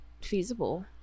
feasible